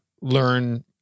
learn